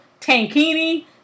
tankini